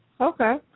Okay